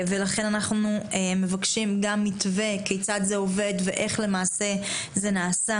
ולכן אנחנו מבקשים גם מתווה כיצד זה עובד ואיך זה למעשה נעשה.